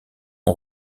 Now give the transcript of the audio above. ont